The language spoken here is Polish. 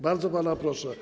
Bardzo pana proszę.